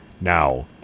Now